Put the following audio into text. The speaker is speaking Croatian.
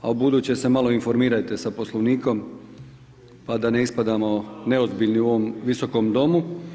A ubuduće se malo informirajte sa poslovnikom, pa da ne ispadnemo neozbiljnim u ovom Visokom domu.